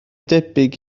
debyg